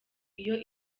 iyo